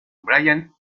brian